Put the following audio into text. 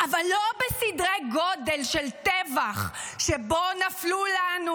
אבל לא בסדרי גודל של טבח שבו נפלו לנו,